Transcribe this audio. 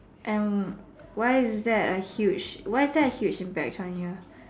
and why is there a huge why is there a huge impact from here